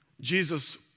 Jesus